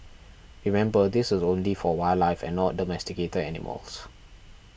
remember this is only for wildlife and not domesticated animals